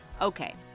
Okay